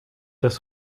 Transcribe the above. das